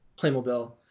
Playmobil